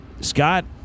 Scott